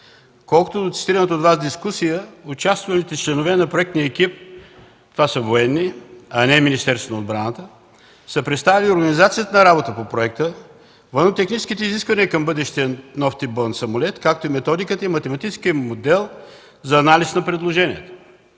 Колкото до цитираната от Вас дискусия – участвалите членове на проектния екип са военни, а не e Министерството на отбраната и са представили организацията на работата по проекта, военнотехническите изисквания към бъдещия нов тип боен самолет, както и методиката и математическия модел за анализ на предложението.